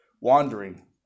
wandering